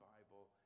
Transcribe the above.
Bible